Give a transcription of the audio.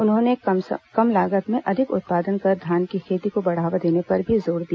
उन्होंने कम लागत में अधिक उत्पादन कर धान की खेती को बढ़ावा देने पर भी जोर दिया